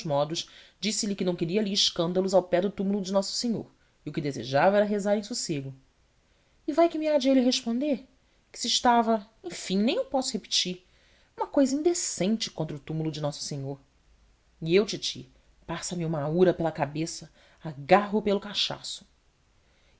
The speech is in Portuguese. modos disse-lhe que não queria ali escândalos ao pé do túmulo de nosso senhor e o que desejava era rezar em sossego e vai que me há de ele responder que se estava a enfim nem eu posso repetir uma cousa indecente contra o túmulo de nosso senhor e eu titi passa-me uma oura pela cabeça agarro o pelo cachaço